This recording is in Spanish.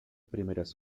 primeras